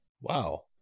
Wow